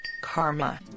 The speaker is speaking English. karma